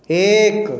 एक